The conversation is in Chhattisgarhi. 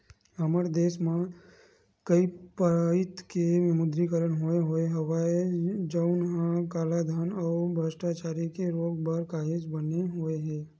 हमर देस म कइ पइत के विमुद्रीकरन होय होय हवय जउनहा कालाधन अउ भस्टाचारी के रोक बर काहेक बने होय हे